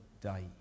die